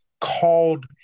called